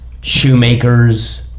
shoemakers